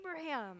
Abraham